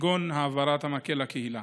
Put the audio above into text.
כגון העברת המקל לקהילה.